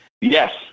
Yes